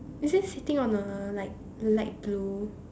is it sitting on a like light blue